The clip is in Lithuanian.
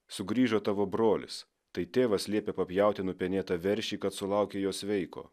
sugrįžo tavo brolis tai tėvas liepė papjauti nupenėtą veršį kad sulaukė jo sveiko